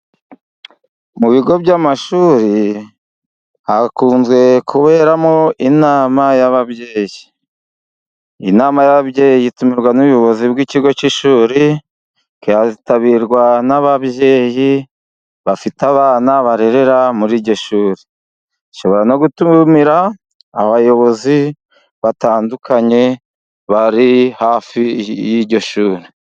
Mu bigo by'amashuri hakunze kuberamo inama y'ababyeyi. Inama y'ababyeyi itumirwa n'ubuyobozi bw'ikigo cy'ishuri ikitabirwa n'ababyeyi bafite abana barerera muri iryo shuri, bashobora no gutumira abayobozi batandukanye bari hafi y'iryo shuri.